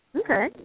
Okay